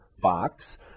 box